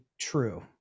true